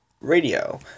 radio